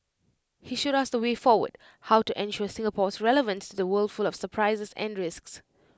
he showed us the way forward how to ensure Singapore's relevance to the world full of surprises and risks